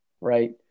right